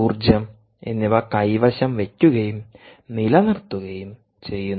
ഊർജ്ജം എന്നിവ കൈവശം വയ്ക്കുകയും നിലനിർത്തുകയും ചെയ്യുന്നത്